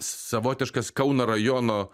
savotiškas kauno rajono